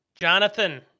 Jonathan